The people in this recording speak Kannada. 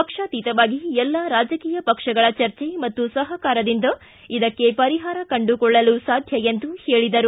ಪಕ್ಷಾತೀತವಾಗಿ ಎಲ್ಲಾ ರಾಜಕೀಯ ಪಕ್ಷಗಳ ಚರ್ಚೆ ಮತ್ತು ಸಹಕಾರದಿಂದ ಇದಕ್ಕೆ ಪರಿಹಾರ ಕಂಡುಕೊಳ್ಳಲು ಸಾಧ್ಯ ಎಂದು ಹೇಳಿದರು